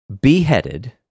beheaded